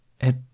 It—